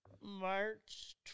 March